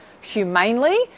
humanely